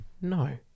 no